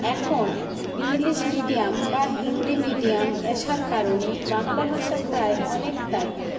এখন English medium বা Hindi medium আসার কারণে বাংলা ভাষা প্রায় অনেকটাই